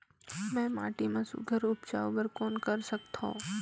मैं माटी मा सुघ्घर उपजाऊ बर कौन कर सकत हवो?